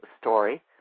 story